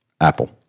Apple